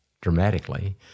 dramatically